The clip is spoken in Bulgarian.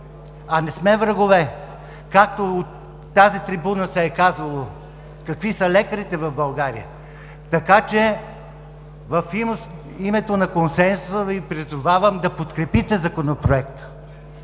а не сме врагове. Както от тази трибуна се е казвало какви са лекарите в България. Така че в името на консенсуса Ви призовавам да подкрепите Законопроекта.